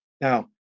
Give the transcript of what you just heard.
Now